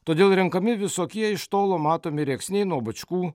todėl renkami visokie iš tolo matomi rėksniai nuo bačkų